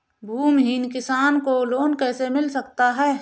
भूमिहीन किसान को लोन कैसे मिल सकता है?